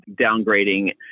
downgrading